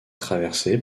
traversée